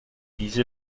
diese